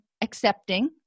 accepting